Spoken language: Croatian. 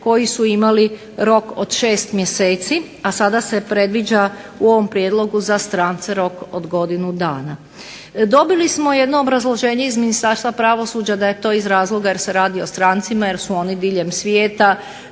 koji su imali rok od 6 mjeseci, a sada se predviđa u ovom Prijedlogu za strance rok od godinu dana. Dobili smo jedno obrazloženje iz Ministarstva pravosuđa da je to iz razloga jer se radi o strancima jer su oni diljem svijeta,